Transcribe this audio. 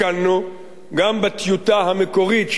גם בטיוטה המקורית של החוק הקודם,